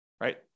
right